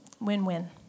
win-win